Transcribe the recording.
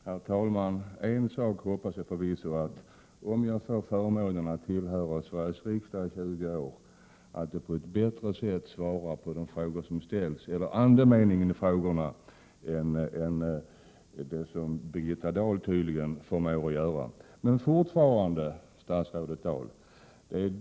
Herr talman! En sak hoppas jag förvisso, om jag får förmånen att tillhöra Sveriges riksdag i 20 år, och det är att på ett bättre sätt svara på de frågor som ställs — eller andemeningen i frågorna — än vad Birgitta Dahl tydligen förmår göra.